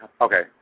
okay